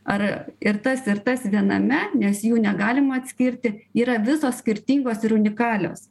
ar ir tas ir tas viename nes jų negalima atskirti yra visos skirtingos ir unikalios